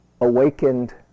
awakened